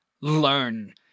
learn